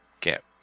get